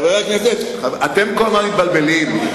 אתם כל הזמן מתבלבלים.